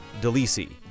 Delisi